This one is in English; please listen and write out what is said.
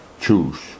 choose